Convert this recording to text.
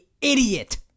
idiot